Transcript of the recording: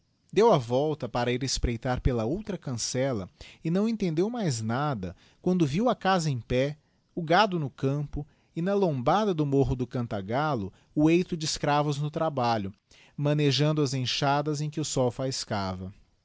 deu a volta para ir espreitar pela outra cancella e não entendeu mais nada quando viu a casa em pé o gado no campo e na lombada do morro do cantagallo o eito de escravos no trabalho manejando as enchadas em que o sol